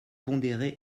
pondéré